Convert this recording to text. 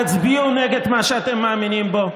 תצביעו נגד מה שאתם מאמינים בו,